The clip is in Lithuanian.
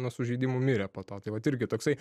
nuo sužeidimų mirė po to tai vat irgi toksai